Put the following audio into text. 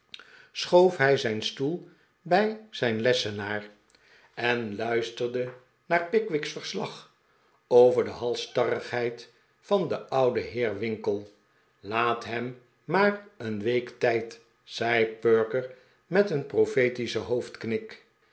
schoof hij zijn stoel bij zijn lessenaar en luisterde naar pickwick's verslag over de halsstarrigheid van den ouden heer winkle laat hem maar een week tijd zei perker met een profetischen